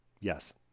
Yes